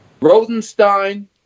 Rosenstein